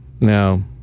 Now